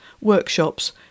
workshops